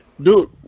Dude